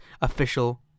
official